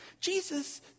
Jesus